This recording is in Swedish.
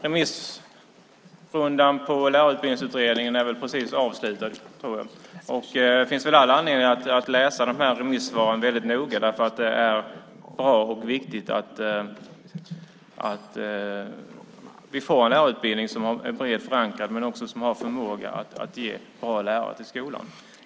Remissrundan på Lärarutbildningsutredningen är precis avslutad. Det finns all anledning att läsa remissvaren väldigt noga. Det är bra och viktigt att vi får en lärarutbildning som är brett förankrad men som också har en förmåga att ge bra lärare till skolan.